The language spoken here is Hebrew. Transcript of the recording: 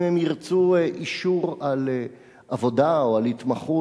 אם הם ירצו אישור על עבודה או על התמחות